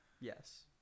yes